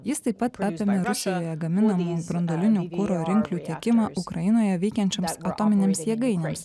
jis taip pat apėmė rusijoje gaminamą branduolinio kuro rinklių tiekimą ukrainoje veikiančioms atominėms jėgainėms